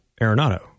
Arenado